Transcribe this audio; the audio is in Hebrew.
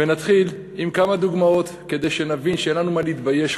ונתחיל עם כמה דוגמאות כדי שנבין שאין לנו מה להתבייש,